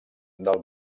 del